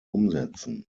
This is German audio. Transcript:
umsetzen